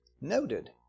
noted